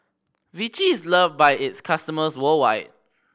Vichy is loved by its customers worldwide